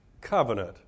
covenant